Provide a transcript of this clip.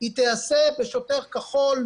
תיעשה על ידי שוטר כחול,